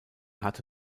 hatte